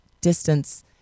distance